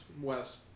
west